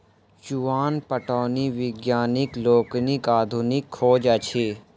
चुआन पटौनी वैज्ञानिक लोकनिक आधुनिक खोज अछि